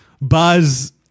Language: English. buzz